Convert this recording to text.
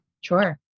Sure